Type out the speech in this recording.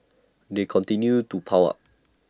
they continue to pile up